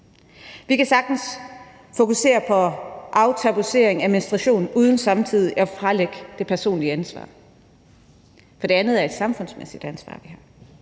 Vi kan sagtens fokusere på aftabuisering af menstruation uden samtidig at fralægge os det personlige ansvar. For det andet er et samfundsmæssigt ansvar. Og med